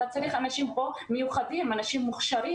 אתה צריך כאן אנשים מיוחדים, אנשים מוכשרים.